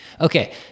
Okay